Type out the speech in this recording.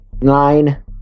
Nine